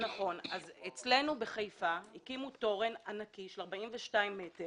אצלנו בחיפה הקימו תורן ענקי של 42 מטר